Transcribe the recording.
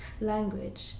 Language